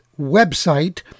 website